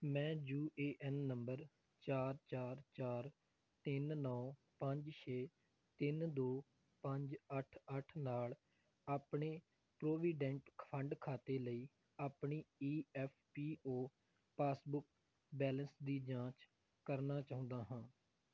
ਮੈਂ U A N ਨੰਬਰ ਚਾਰ ਚਾਰ ਚਾਰ ਤਿੰਨ ਨੌਂ ਪੰਜ ਛੇ ਤਿੰਨ ਦੋ ਪੰਜ ਅੱਠ ਅੱਠ ਨਾਲ ਆਪਣੇ ਪ੍ਰੋਵੀਡੈਂਟ ਫੰਡ ਖਾਤੇ ਲਈ ਆਪਣੀ E F P O passbook balance ਦੀ ਜਾਂਚ ਕਰਨਾ ਚਾਹੁੰਦਾ ਹਾਂ